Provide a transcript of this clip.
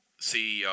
ceo